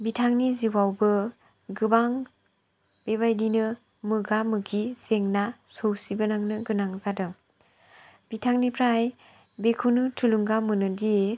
बिथांनि जिउआवबो गोबां बेबायदिनो मोगा मोगि जेंना सौसिलांनांनो गोनां जादों बिथांनिफ्राय बेखौनो थुलुंगा मोनोदि